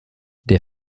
der